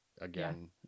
again